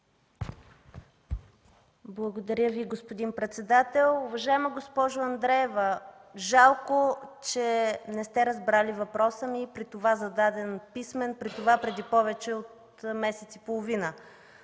Благодаря Ви, господин председател. Уважаема госпожо Андреева, жалко, че не сте разбрали въпроса ми, при това зададен писмен, при това преди повече от месец и половина.